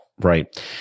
right